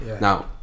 Now